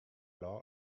law